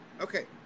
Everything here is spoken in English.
Okay